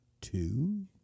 two